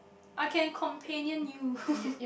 I can companion you